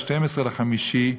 ב-00:30,